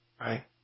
Right